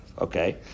Okay